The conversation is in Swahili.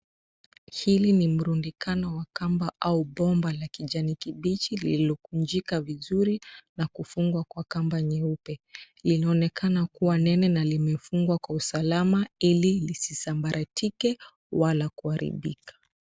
Hili ni mrundikano wa kamba au bomba la kijani kibichi lililokunjika vizuri na kufungwa kwa kamba nyeupe. Inaonekana kuwa nene na limefungwa kwa usalama ili lisisambaratike wala kuharibika.